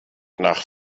nach